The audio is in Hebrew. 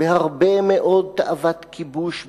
בהרבה מאוד תאוות-כיבוש בבשרו,